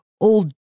old